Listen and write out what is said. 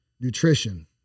nutrition